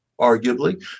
arguably